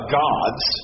gods